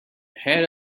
head